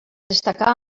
destacar